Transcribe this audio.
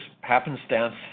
happenstance